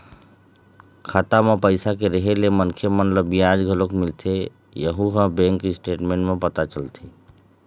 खाता म पइसा के रेहे ले मनखे मन ल बियाज घलोक मिलथे यहूँ ह बैंक स्टेटमेंट म पता चलथे